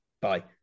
bye